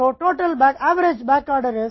इसलिए कुल औसत बैक औसत बैकऑर्डर है